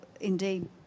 indeed